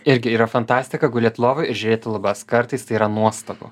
irgi yra fantastika gulėt lovoj ir žiūrėt į lubas kartais tai yra nuostabu